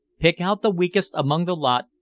pick out the weakest among the lot,